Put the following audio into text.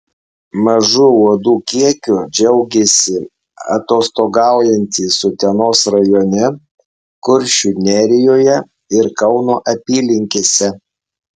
mažu uodų kiekiu džiaugėsi atostogaujantys utenos rajone kuršių nerijoje ir kauno apylinkėse